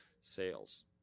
Sales